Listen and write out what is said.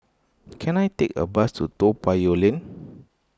can I take a bus to Toa Payoh Lane